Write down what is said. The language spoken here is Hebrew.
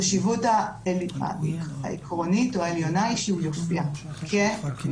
החשיבות העקרונית או העליונה היא שהוא יופיע כעיקרון